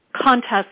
contest